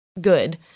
good